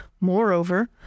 Moreover